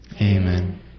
Amen